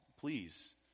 please